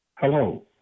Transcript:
Hello